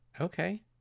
okay